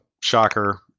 shocker